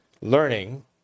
learning